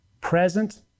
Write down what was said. present